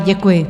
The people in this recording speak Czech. Děkuji.